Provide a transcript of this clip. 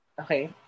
Okay